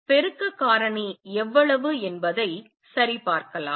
பெருக்க காரணி எவ்வளவு என்பதை சரிபார்க்கலாம்